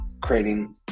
creating